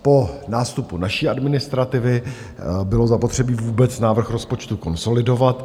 Po nástupu naší administrativy bylo zapotřebí vůbec návrh rozpočtu konsolidovat.